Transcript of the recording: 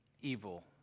evil